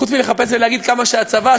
חוץ מלחפש ולהגיד כמה שהצבא,